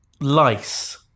lice